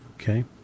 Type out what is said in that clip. Okay